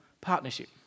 partnership